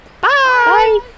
bye